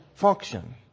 function